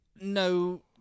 no